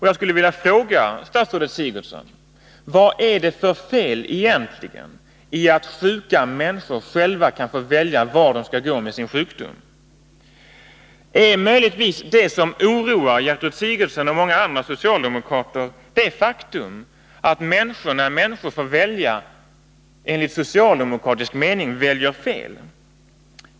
Jag skulle vilja fråga statsrådet Sigurdsen: Vad är det för fel i att sjuka människor själva kan få välja vart de skall gå med sin sjukdom? Är möjligtvis det som oroar Gertrud Sigurdsen och många andra socialdemokrater det faktum att människor, när de får välja, väljer fel enligt socialdemokratisk mening?